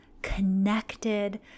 connected